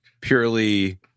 purely